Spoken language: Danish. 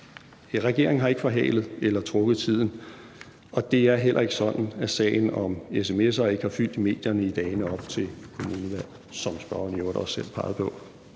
Regeringen har ikke forhalet det eller trukket tiden, og det er heller ikke sådan, at sagen om sms'er ikke har fyldt i medierne i dagene op til kommunalvalget, som spørgeren i øvrigt også selv pegede på